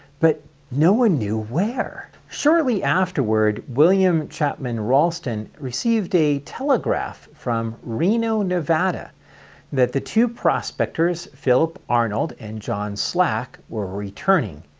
but no one knew where. shortly afterward william chapman ralston received a telegraph from reno nevada that the two prospectors philip arnold and john slack were returning,